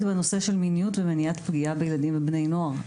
בנושא של מיניות ומניעת פגיעה בילדים ובני נוער.